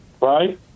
right